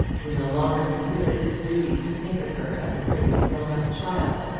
he no longer considered it his duty to think of her as a pretty, grown-up child,